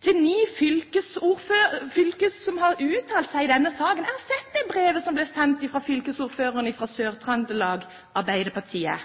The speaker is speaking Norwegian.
til ni fylker som har uttalt seg i denne saken. Jeg har sett det brevet som ble sendt fra fylkesordføreren fra